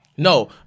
No